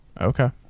okay